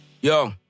Yo